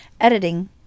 Editing